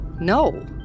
No